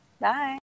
Bye